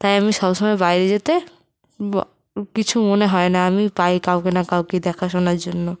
তাই আমি সবসময় বাইরে যেতে কিছু মনে হয় না আমি পাই কাউকে না কাউকে দেখা শোনার জন্য